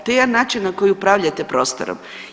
To je jedan način na koji upravljate prostorom.